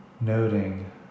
noting